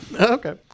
Okay